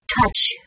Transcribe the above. touch